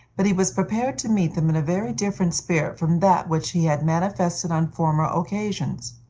but he was prepared to meet them in a very different spirit from that which he had manifested on former occasions.